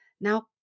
now